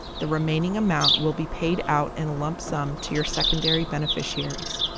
the remaining amount will be paid out in a lump sum to your secondary beneficiaries.